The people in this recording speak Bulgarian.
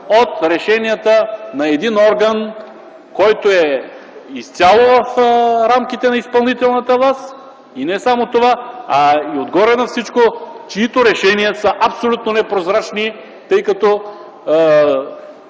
от решенията на един орган, който е изцяло в рамките на изпълнителната власт и не само това, а на всичкото отгоре, чиито решения са напълно непрозрачни, тъй като